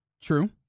True